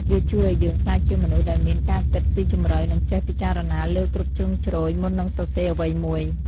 វាជួយឱ្យយើងក្លាយជាមនុស្សដែលមានការគិតស៊ីជម្រៅ និងចេះពិចារណាលើគ្រប់ជ្រុងជ្រោយមុននឹងសរសេរអ្វីមួយ។